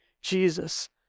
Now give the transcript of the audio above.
Jesus